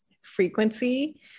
frequency